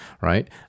right